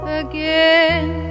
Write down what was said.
again